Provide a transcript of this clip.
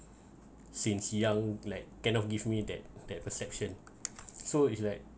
since young like cannot give me that that perception so it's like